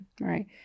Right